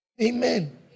Amen